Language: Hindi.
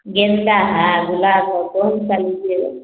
गेंदा है गुलाब है कौनसा लीजिएगा